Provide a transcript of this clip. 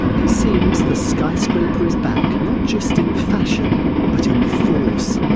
it seems the skyscraper is back not just in fashion but in force.